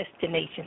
destination